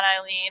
Eileen